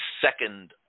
second